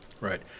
Right